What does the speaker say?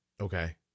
Okay